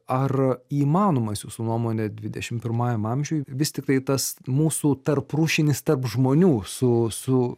ar įmanomas jūsų nuomone dvidešimt pirmajam amžiuj vis tiktai tas mūsų tarprūšinis tarp žmonių su su